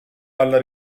alla